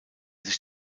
sich